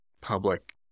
public